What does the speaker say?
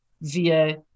via